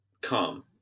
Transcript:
come